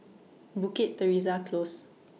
Bukit Teresa Close